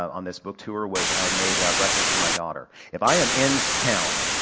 on this book tour was i made breakfast for my daughter. if i am in town,